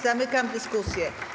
Zamykam dyskusję.